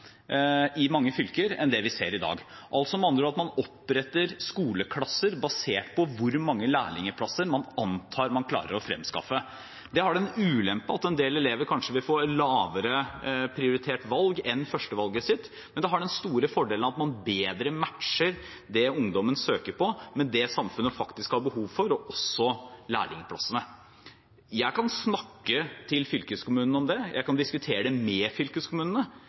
i mange fylker enn det vi ser i dag, med andre ord at man oppretter skoleklasser basert på hvor mange lærlingplasser man antar man klarer å fremskaffe. Det har den ulempen at en del elever kanskje vil få et lavere prioritert valg enn førstevalget sitt, men det har den store fordelen at man bedre matcher det ungdommen søker på, med det samfunnet faktisk har behov for, og også lærlingplassene. Jeg kan snakke til fylkeskommunene om det, og jeg kan diskutere det med fylkeskommunene,